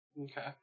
Okay